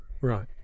Right